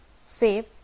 save